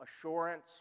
assurance